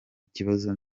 ikibazo